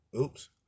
Oops